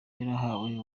yarahawe